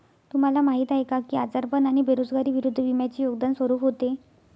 तुम्हाला माहीत आहे का की आजारपण आणि बेरोजगारी विरुद्ध विम्याचे योगदान स्वरूप होते?